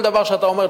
כי כל דבר שאתה אומר,